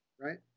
Right